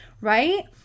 right